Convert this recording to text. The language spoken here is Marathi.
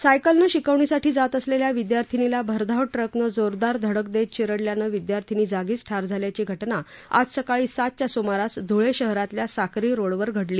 सायकलनं शिकवणीसाठी जात असलेल्या विद्यार्थिनीला भरधाव ट्कनं जोरदार धडक देत चिरडल्यानं विद्यार्थिनी जागीच ठार झाल्याची घटना सकाळी सातच्या सुमारास धुळे शहरातील साक्रीरोडवर घडली